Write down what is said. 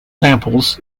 samples